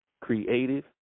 creative